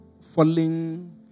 falling